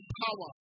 power